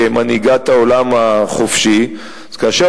כמנהיגת העולם החופשי, כאשר